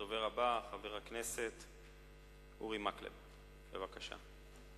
הדובר הבא, חבר הכנסת אורי מקלב, בבקשה.